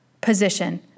position